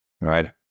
right